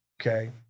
Okay